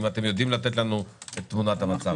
האם אתם יודעים לתת לנו את תמונת המצב.